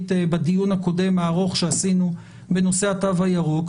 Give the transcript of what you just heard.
בדיון הקודם הארוך שעשינו בנושא התו הירוק,